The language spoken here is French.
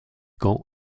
quand